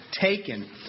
taken